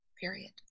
Period